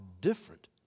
different